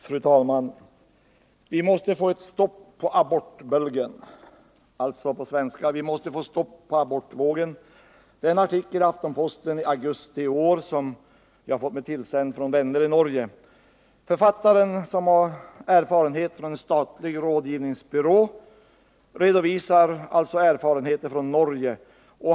Fru talman! ”Vi må få et stopp på abortbölgen” — på svenska: Vi måste få ett stopp på abortvågen — står det i en artikel i Aftenposten från augusti i år som jag har fått mig tillsänd från vänner i Norge. Författaren, som har erfarenhet från en statlig rådgivningsbyrå, redovisar förhållandena i Norge.